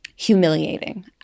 Humiliating